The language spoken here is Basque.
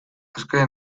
azken